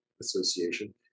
association